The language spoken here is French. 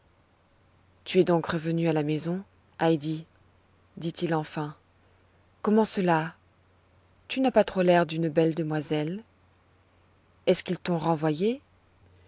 tu es donc revenue à la maison heidi dit-il enfin comment cela tu n'as pas trop l'air d'une belle demoiselle est-ce qu'ils t'ont renvoyée